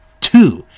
Two